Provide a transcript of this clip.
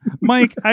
Mike